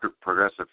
Progressive